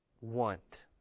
want